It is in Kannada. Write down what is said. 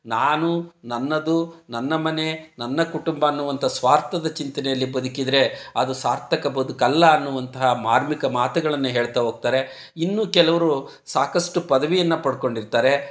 ನಾನು ನನ್ನದು ನನ್ನ ಮನೆ ನನ್ನ ಕುಟುಂಬ ಅನ್ನುವಂಥ ಸ್ವಾರ್ಥದ ಚಿಂತನೆಯಲ್ಲಿ ಬದುಕಿದ್ದರೆ ಅದು ಸಾರ್ಥಕ ಬದುಕಲ್ಲ ಅನ್ನುವಂತಹ ಮಾರ್ಮಿಕ ಮಾತುಗಳನ್ನು ಹೇಳ್ತಾ ಹೋಗ್ತಾರೆ ಇನ್ನು ಕೆಲವರು ಸಾಕಷ್ಟು ಪದವಿಯನ್ನು ಪಡ್ಕೊಂಡಿರ್ತಾರೆ